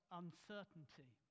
uncertainty